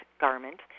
garment